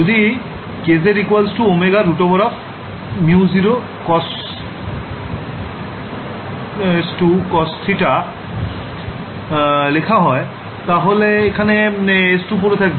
যদি kz ω√μ0ε0s2 cos θ লেখা হয় এখানে s2 পরে থাকবে